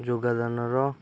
ଯୋଗଦାନର